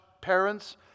parents